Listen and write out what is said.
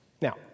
Now